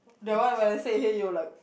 the one when I say hey you're like